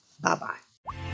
Bye-bye